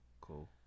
Cool